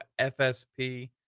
FSP